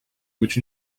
which